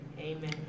Amen